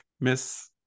Miss